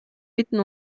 bitten